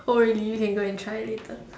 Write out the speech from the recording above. oh really you can go and try later